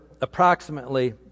approximately